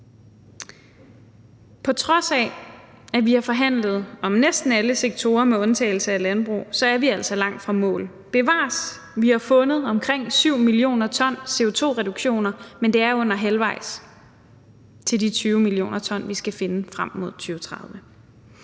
På trods af at vi har forhandlet om næsten alle sektorer med undtagelse af landbruget, er vi altså langt fra målet. Bevares, vi har fundet omkring 7 mio. t i CO2-reduktioner, men det er under halvvejs til de 20 mio. t, vi skal finde frem mod 2030.